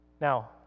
Now